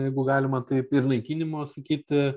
jeigu galima taip ir naikinimo sakyt